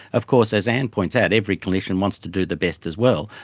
of course, as anne points out, every clinician wants to do the best as well.